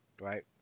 right